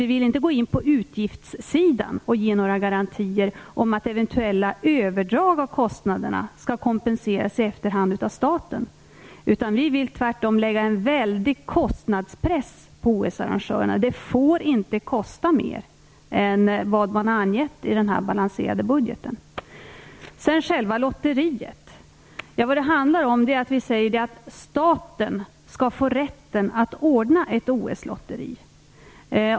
Vi vill inte gå in på utgiftssidan och ge några garantier om att eventuella överdrag av kostnaderna skall kompenseras i efterhand av staten. Vi vill tvärtom lägga en väldigt stark kostnadspress på OS arrangörerna. Det får inte kosta mer än vad man har angett i den balanserade budgeten. När det gäller själva lotteriet skall staten få rätten att anordna ett OS-lotteri.